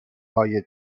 های